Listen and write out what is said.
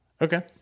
Okay